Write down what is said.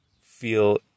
feel